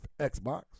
Xbox